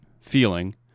feeling